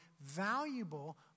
valuable